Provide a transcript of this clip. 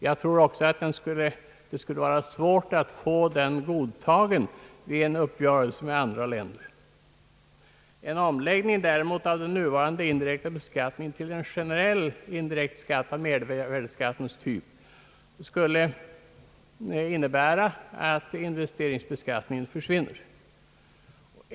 Jag tror också att det skulle vara svårt att få detta godtaget vid en uppgörelse med andra länder. En omläggning däremot av den nuvarande indirekta beskattningen till en generell indirekt be skattning av mervärdeskattens typ skulle innebära att investeringsbeskattningen försvinner.